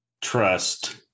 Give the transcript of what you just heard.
trust